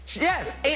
Yes